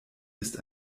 ist